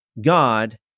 God